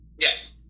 Yes